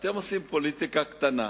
אתם עושים פוליטיקה קטנה,